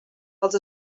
els